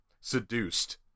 seduced